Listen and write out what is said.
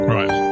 Right